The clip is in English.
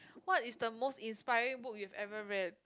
what is the most inspiring book you've ever read